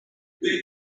two